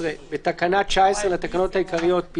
12. בתקנה 19 לתקנות העיקריות,